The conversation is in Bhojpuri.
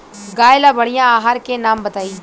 गाय ला बढ़िया आहार के नाम बताई?